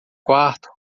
quarto